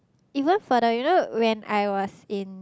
even for the you know when I was in